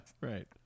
right